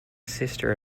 sister